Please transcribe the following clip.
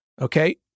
Okay